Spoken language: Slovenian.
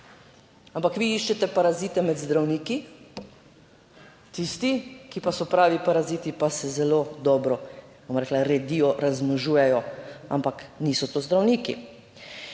Ampak vi iščete parazite med zdravniki, tisti, ki pa so pravi paraziti, pa se zelo dobro, bom rekla, redijo, razmnožujejo, ampak niso to zdravniki.